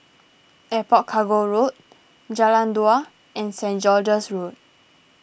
Airport Cargo Road Jalan Dua and Saint George's Road